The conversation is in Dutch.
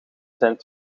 zijn